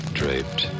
draped